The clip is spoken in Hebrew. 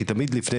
כי תמיד לפני,